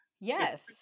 Yes